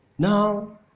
Now